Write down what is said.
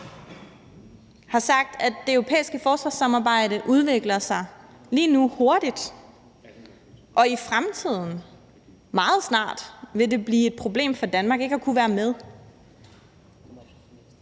sagt, at det europæiske forsvarssamarbejde lige nu udvikler sig hurtigt, og at det i fremtiden, meget snart, vil blive et problem for Danmark ikke at kunne være med